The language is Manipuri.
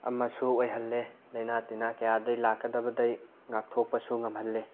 ꯑꯃꯁꯨ ꯑꯣꯏꯍꯜꯂꯦ ꯂꯥꯏꯅꯥ ꯇꯤꯟꯅꯥ ꯀꯌꯥꯗꯩ ꯂꯥꯛꯀꯗꯕꯗꯩ ꯉꯥꯛꯊꯣꯛꯄꯁꯨ ꯉꯝꯍꯜꯂꯤ